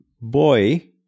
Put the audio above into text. boy